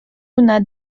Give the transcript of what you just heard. una